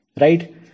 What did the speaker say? Right